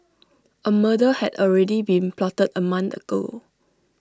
A murder had already been plotted A month ago